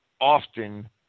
often